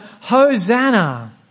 Hosanna